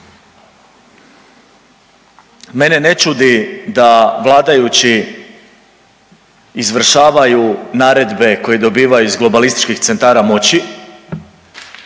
Mene ne čudi da vladajući izvršavaju naredbe koje dobivaju iz globalističkih centara moći.